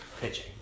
pitching